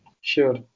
Sure